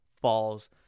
falls